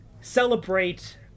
celebrate